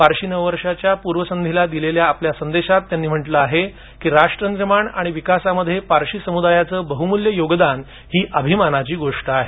पारशी नव वर्षाच्या पूर्वसंध्येला दिलेल्या आपल्या संदेशात त्यांनी म्हटलं आहे की राष्ट्रनिर्माण आणि विकासामध्ये पारशी समुदायाचं बहुमूल्य योगदान ही अभिमानाची गोष्ट आहे